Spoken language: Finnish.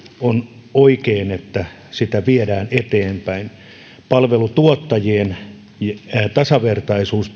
on oikein että liikennekaarta viedään eteenpäin palvelutuottajien tasavertaisuus